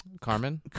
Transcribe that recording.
Carmen